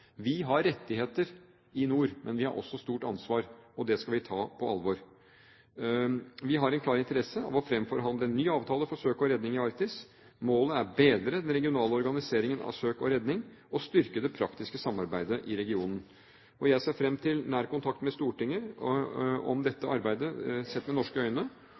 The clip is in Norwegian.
Vi har rettigheter i nord, men vi har også et stort ansvar, og det skal vi ta på alvor. Vi har en klar interesse av å fremforhandle en ny avtale for søk og redning i Arktis. Målet er å bedre den regionale organiseringen av søk og redning og styrke det praktiske samarbeidet i regionen. Jeg ser fram til nær kontakt med Stortinget om dette arbeidet sett med norske øyne,